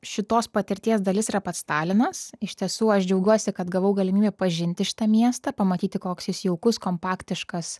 šitos patirties dalis yra pats talinas iš tiesų aš džiaugiuosi kad gavau galimybę pažinti šitą miestą pamatyti koks jis jaukus kompaktiškas